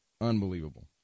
unbelievable